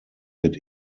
wird